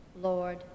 Lord